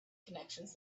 connections